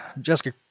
Jessica